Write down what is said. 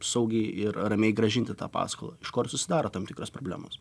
saugiai ir ramiai grąžinti tą paskolą iš ko ir susidaro tam tikros problemos